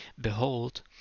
behold